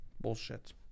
Bullshit